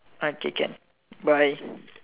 okay can bye